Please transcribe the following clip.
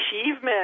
achievement